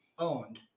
owned